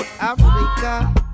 Africa